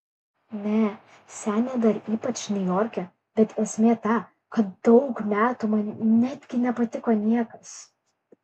ne senė dar ypač niujorke bet esmė ta kad daug metų man netgi nepatiko niekas